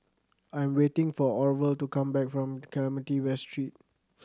I am waiting for Orvel to come back from Clementi West Street